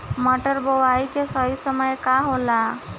मटर बुआई के सही समय का होला?